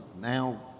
now